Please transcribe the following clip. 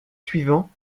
suivants